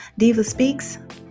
divaspeaks